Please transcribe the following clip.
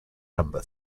number